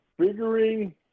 Figuring